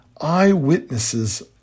eyewitnesses